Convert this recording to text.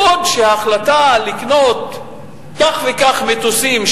בעוד שעל החלטה לקנות כך וכך מטוסים,